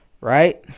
right